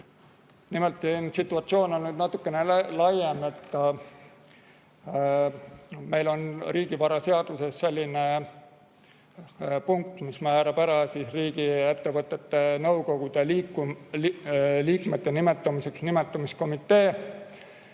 Nimelt, situatsioon on natukene laiem. Meil on riigivaraseaduses selline punkt, mis määrab riigiettevõtete nõukogude liikmete nimetamiseks nimetamiskomitee.